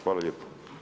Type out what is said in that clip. Hvala lijepo.